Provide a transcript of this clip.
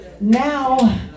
Now